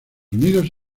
unidos